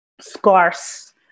scarce